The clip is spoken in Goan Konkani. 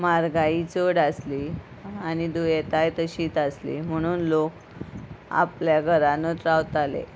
म्हारगाय चड आसली आनी दुयेंताय तशींच आसली म्हणून लोक आपल्या घरानूच रावताले